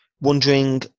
wondering